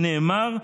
שנאמר: